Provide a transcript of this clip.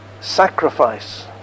sacrifice